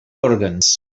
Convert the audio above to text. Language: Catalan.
òrgans